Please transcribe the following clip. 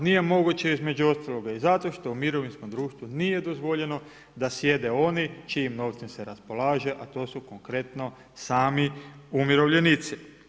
Nije moguće između ostalog i zato što u mirovinskom društvu nije dozvoljeno da sjede oni čijim novcem se raspolaže, a to su konkretno sami umirovljenici.